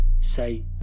say